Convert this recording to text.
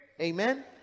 amen